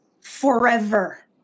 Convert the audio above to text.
forever